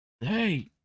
Hey